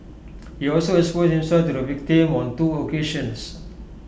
he also exposed himself to the victim on two occasions